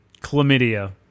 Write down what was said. Chlamydia